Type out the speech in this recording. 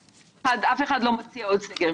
אף אחד לא מציע עוד סגר.